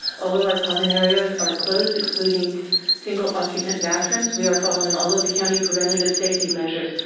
all of our common areas are closed excluding single occupant bathrooms. we are following all of the county preventative safety measures.